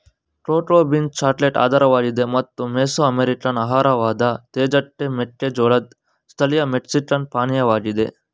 cocoa beans chocolate ಆಧಾರವಾಗಿದೆ ಮತ್ತು Mesoamerican ಆಹಾರವಾದ ತೇಜಟೆ ಮೆಕ್ಕೆಜೋಳದ್ ಸ್ಥಳೀಯ ಮೆಕ್ಸಿಕನ್ ಪಾನೀಯವಾಗಿದೆ